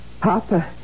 Papa